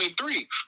three